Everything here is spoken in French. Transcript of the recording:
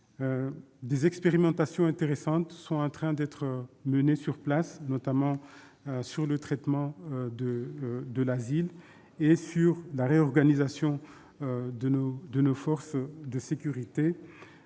Des expérimentations intéressantes sont en train d'être menées sur place, notamment sur le traitement de l'asile et sur la réorganisation de nos forces de sécurité.